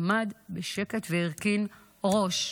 עמד בשקט והרכין ראש.